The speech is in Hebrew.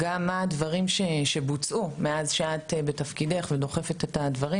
מה הם הדברים שבוצעו מאז שאת בתפקידך ודוחפת את הדברים,